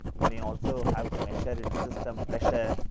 you may also have to measure in a system pressure.